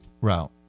route